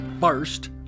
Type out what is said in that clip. First